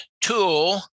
tool